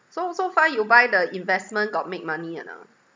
so so far you buy the investment got make money or not